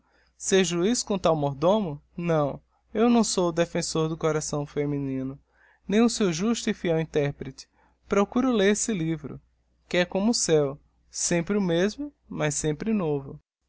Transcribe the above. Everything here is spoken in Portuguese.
ser juiz com tal mordomo não eu não sou ó defensor do coração feminino nem o seu justo e fiel interprete procuro ler esse livro que é como o céu sempre o mesmo mas sempre novo